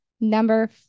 number